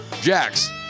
Jax